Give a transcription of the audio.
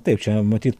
taip čia matyt